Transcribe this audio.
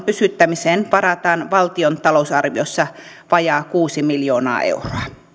pysyttämiseen varataan valtion talousarviossa vajaa kuusi miljoonaa euroa